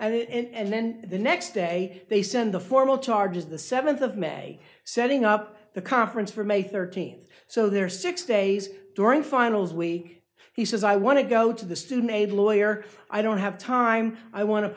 t and then the next day they send the formal charges the seventh of may setting up the conference for may thirteenth so there are six days during finals week he says i want to go to the student aid lawyer i don't have time i want to